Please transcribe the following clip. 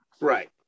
right